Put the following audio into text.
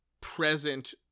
present